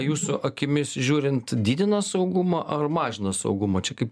jūsų akimis žiūrint didina saugumą ar mažina saugumą čia kaip